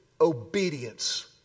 obedience